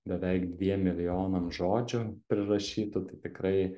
beveik dviem milijonam žodžių prirašytų tai tikrai